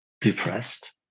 depressed